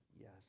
Yes